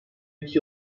iki